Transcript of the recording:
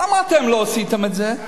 למה אתם לא עשיתם את זה?